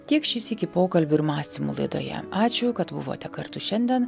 tiek šį sykį pokalbių ir mąstymų laidoje ačiū kad buvote kartu šiandien